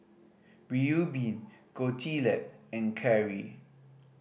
Reubin Gottlieb and Carry